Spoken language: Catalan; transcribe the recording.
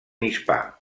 hispà